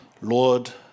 Lord